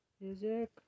music